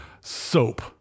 soap